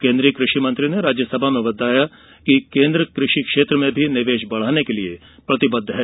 केन्द्रीय कृषि मंत्री ने राज्यसभा में बताया कि केंद्र कृषि क्षेत्र में निवेश बढ़ाने के लिए भी प्रतिबद्ध है